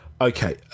Okay